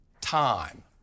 time